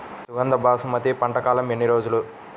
సుగంధ బాసుమతి పంట కాలం ఎన్ని రోజులు?